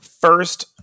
first